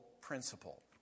principle